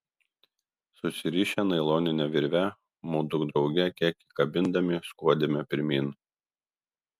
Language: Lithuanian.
susirišę nailonine virve mudu drauge kiek įkabindami skuodėme pirmyn